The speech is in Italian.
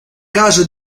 caso